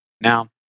Now